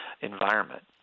environment